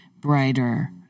brighter